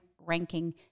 ranking